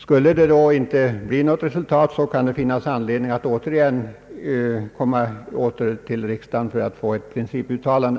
Skulle det då inte bli något resultat, kan det finnas anledning att återkomma i riksdagen för att få ett principuttalande.